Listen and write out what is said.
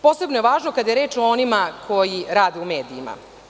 Posebno je važno kada je reč o onima koji rade u medijima.